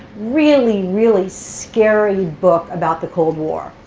really, really scary book about the cold war.